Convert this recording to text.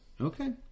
Okay